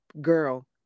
girl